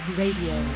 radio